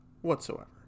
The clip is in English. whatsoever